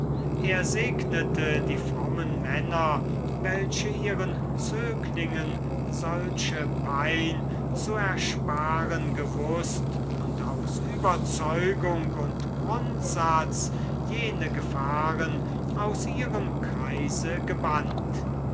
er segnete die frommen männer welche ihren zöglingen solche pein zu ersparen gewußt und aus überzeugung und grundsatz jene gefahren aus ihrem kreise gebannt